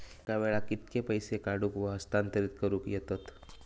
एका वेळाक कित्के पैसे काढूक व हस्तांतरित करूक येतत?